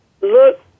Look